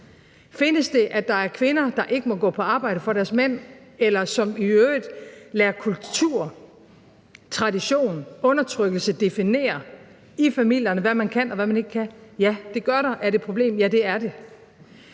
det er det. Er der kvinder, der ikke må gå på arbejde for deres mænd, eller som i øvrigt lader kultur, tradition, undertrykkelse definere, hvad man kan og ikke kan i familierne? Ja, det er der. Er det et problem? Ja, det er det.